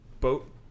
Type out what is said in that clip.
boat